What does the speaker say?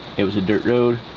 it was a dirt road.